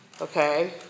Okay